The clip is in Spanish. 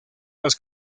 las